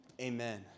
Amen